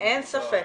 --- אין ספק,